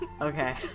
okay